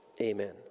Amen